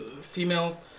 female